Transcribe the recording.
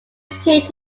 appeared